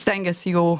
stengiasi jau